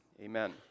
Amen